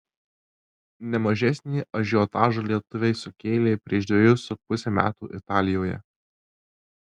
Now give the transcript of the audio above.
ne mažesnį ažiotažą lietuviai sukėlė prieš dvejus su puse metų italijoje